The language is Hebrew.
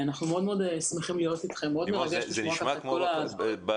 אנחנו מאוד שמחים להיות איתכם -- לימור זה נשמע כמו באירוויזיון.